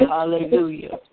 Hallelujah